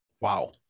Wow